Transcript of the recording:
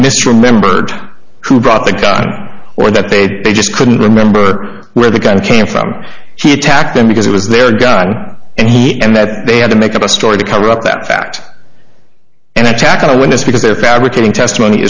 misremembered who brought the gun or that they just couldn't remember where the gun came from he attacked them because it was their gun and he and that they had to make up a story to cover up that fact and attack a witness because they're fabricating testimony